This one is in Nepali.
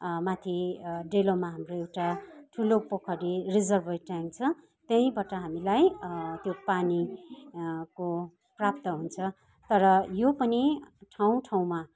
माथि डेलोमा हाम्रो एउटा ठुलो पोखरी रिजर्भ ट्याङ्क छ त्यहीँबाट हामीलाई त्यो पानीको प्राप्त हुन्छ तर यो पनि ठाउँ ठाउँमा